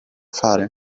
fare